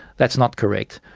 that's not correct.